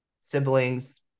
siblings